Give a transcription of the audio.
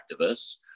activists